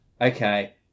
okay